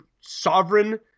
sovereign